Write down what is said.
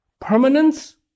permanence